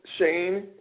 Shane